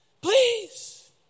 Please